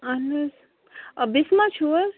اَہن حظ بِسما چھُو حظ